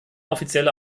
offizielle